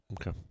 Okay